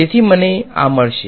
તેથી મને આ મળશે